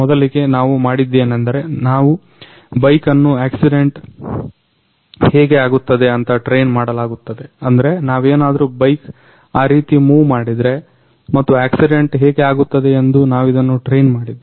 ಮೊದಲಿಗೆ ನಾವು ಮಾಡಿದ್ದೇನೆಂದರೆ ನಾವು ಬೈಕ್ ಅನ್ನು ಆಕ್ಸಿಡೆಂಟ್ ಹೇಗೆ ಆಗುತ್ತದೆ ಅಂತ ಟ್ರೇನ್ ಮಾಡಲಾಗುತ್ತದೆ ಅಂದ್ರೆ ನಾವೇನಾದ್ರು ಬೈಕ್ ಆ ರೀತಿ ಮೂವ್ ಮಾಡಿದ್ರೆ ಮತ್ತು ಆಕ್ಸಿಡೆಂಟ್ ಹೇಗೆ ಆಗುತ್ತದೆ ಅಂತ ನಾವಿದನ್ನ ಟ್ರೇನ್ ಮಾಡಿದ್ದೇವೆ